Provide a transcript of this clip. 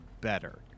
better